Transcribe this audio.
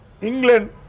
England